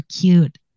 cute